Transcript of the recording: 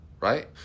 Right